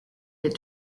les